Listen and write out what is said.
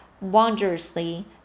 wondrously